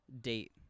date